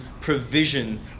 provision